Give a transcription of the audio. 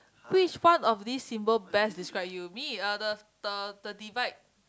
which part of this symbol best describe you be it other the the divide